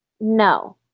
No